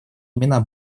имена